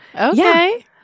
Okay